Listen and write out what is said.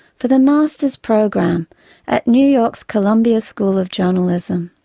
for the master's program at new york's columbia school of journalism.